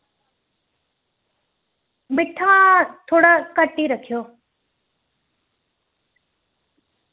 मिट्ठा थोह्ड़ा घट्ट ही रक्खेओ